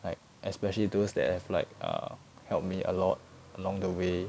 like especially those that have like err helped me a lot along the way